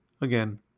Again